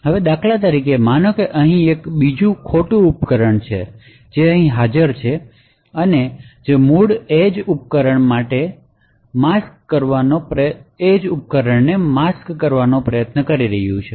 હવે દાખલા તરીકે માનો કે અહીં એક બીજું ખોટું ઉપકરણ છે જે અહીં હાજર છે અને જે મૂળ એજ ઉપકરણ તરીકે માસ્કરેડ કરવાનો પ્રયાસ કરી રહ્યું છે